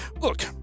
Look